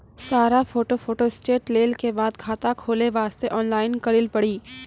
सारा photo photostat लेल के बाद खाता खोले वास्ते ऑनलाइन करिल पड़ी?